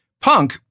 Punk